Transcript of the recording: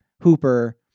Hooper